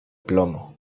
plomo